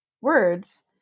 words